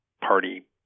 party